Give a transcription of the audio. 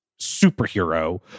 superhero